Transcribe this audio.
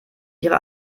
ihre